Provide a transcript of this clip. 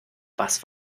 was